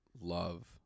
love